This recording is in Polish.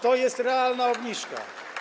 To jest realna obniżka.